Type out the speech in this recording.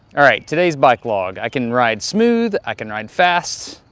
alright, today's bike log. i can ride smooth, i can ride fast.